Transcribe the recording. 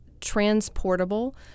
transportable